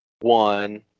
one